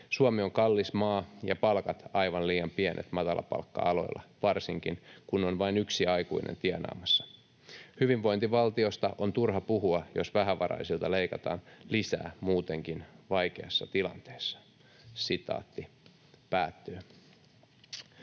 Suomi on kallis maa ja palkat aivan liian pienet matalapalkka-aloilla, varsinkin kun on vain yksi aikuinen tienaamassa. Hyvinvointivaltiosta on turha puhua, jos vähävaraisilta leikataan lisää muutenkin vaikeassa tilanteessa.” ”Olen